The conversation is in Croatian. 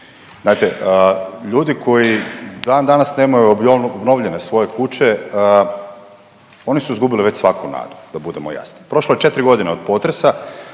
Znate ljudi koji dan danas nemaju obnovljene svoje kuće oni su izgubili već svaku nadu da budemo jasni. Prošlo je 4 godine od potresa,